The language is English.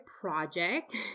project